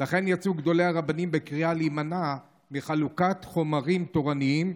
לכן יצאו גדולי הרבנים בקריאה להימנע מחלוקת חומרים תורניים,